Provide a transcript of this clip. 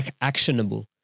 Actionable